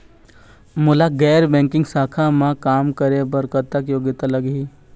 मोला गैर बैंकिंग शाखा मा काम करे बर कतक योग्यता लगही?